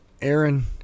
Aaron